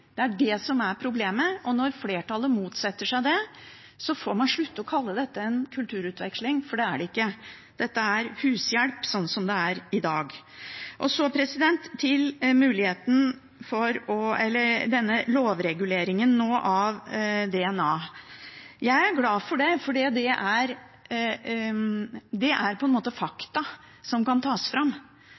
Det er det som er problemet, og når flertallet motsetter seg det, får man slutte å kalle dette en kulturutveksling, for det er det ikke. Dette er hushjelp, sånn det er i dag. Til lovreguleringen av DNA-testing: Jeg er glad for det fordi det på en måte er fakta som kan tas fram,